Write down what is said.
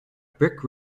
brick